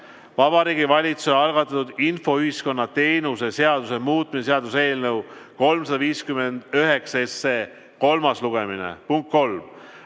Vabariigi Valitsuse algatatud infoühiskonna teenuse seaduse muutmise seaduse eelnõu 359 kolmas lugemine. Punkt kolm,